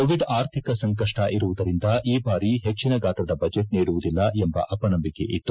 Covid ಆರ್ಥಿಕ ಸಂಕಷ್ಟ ಇರುವುದರಿಂದ ಈ ಬಾರಿ ಹೆಚ್ಚಿನ ಗಾತ್ರದ ಬಜೆಟ್ ನೀಡುವುದಿಲ್ಲ ಎಂಬ ಅಪನಂಬಿಕೆ ಇತ್ತು